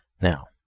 Now